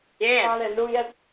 Hallelujah